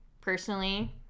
personally